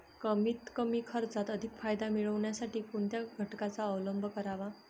कमीत कमी खर्चात अधिक फायदा मिळविण्यासाठी कोणत्या घटकांचा अवलंब करावा?